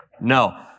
No